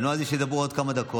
בנו על זה שידברו עוד כמה דקות,